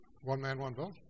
one-man-one-vote